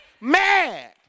Mad